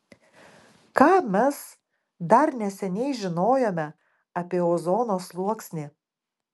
ką mes dar neseniai žinojome apie ozono sluoksnį